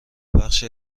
بخش